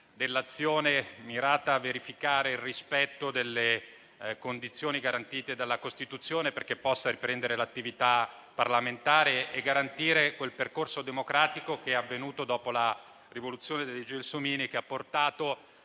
nell'azione mirata a verificare il rispetto delle condizioni garantite dalla Costituzione, perché possa riprendere l'attività parlamentare e garantire il percorso democratico che è avvenuto dopo la rivoluzione dei gelsomini, che ha portato